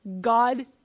God